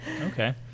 okay